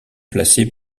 placer